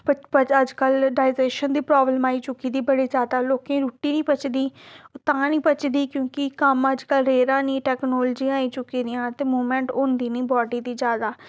अज्जकल डाइजेशन दी प्राब्लम आई चुकी दी बड़ी ज्यादा लोकें रुट्टी निं पचदी ओह् तां निं पचदी क्योंकि कम्म अज्जकल रेहा निं टेक्नोलजियां आई चुकी दियां ते मूवमेंट होंदी न बाडी दी जादा